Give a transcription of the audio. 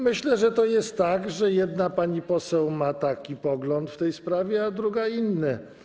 Myślę, że to jest tak, że jedna pani poseł ma taki pogląd w tej sprawie, a druga inny.